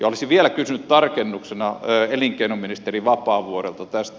olisin vielä kysynyt tarkennuksena elinkeinoministeri vapaavuorelta tästä